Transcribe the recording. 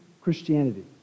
Christianity